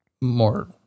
more